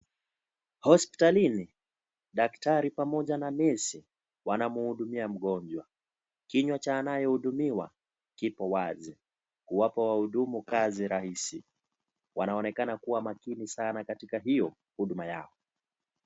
Hospitalini, daktari pamoja na nesi wanamhudumia mgonjwa, kinywa cha anayehudumiwa kipo wazi kuwapa wahudumu kazi rahisi, wanaonekana kuwa makini sana katika hio huduma yao.